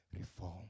reform